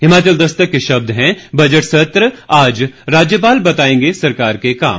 हिमाचल दस्तक के शब्द हैं बजट सत्र आज राज्यपाल बताएंगे सरकार के काम